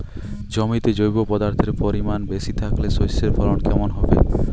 জমিতে জৈব পদার্থের পরিমাণ বেশি থাকলে শস্যর ফলন কেমন হবে?